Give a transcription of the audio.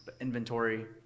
inventory